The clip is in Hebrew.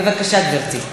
בבקשה, גברתי.